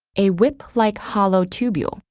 a whip-like hollow tubule,